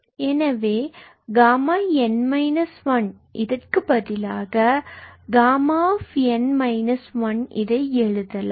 எனவே Γ𝑛 இதற்கு பதிலாக Γ𝑛−1 இதை எழுதலாம்